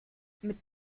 mit